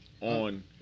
on